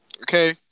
Okay